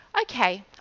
okay